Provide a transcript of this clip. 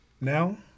Now